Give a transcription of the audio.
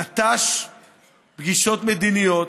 נטש פגישות מדיניות,